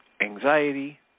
Anxiety